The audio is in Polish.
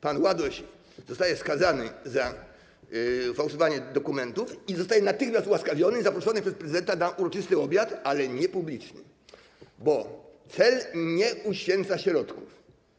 Pan Ładoś zostaje skazany za fałszowanie dokumentów i zostaje natychmiast ułaskawiony oraz zaproszony przez prezydenta na uroczysty obiad, ale nie publicznie, bo cel nie uświęca środków.